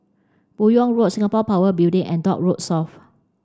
Buyong Road Singapore Power Building and Dock Road South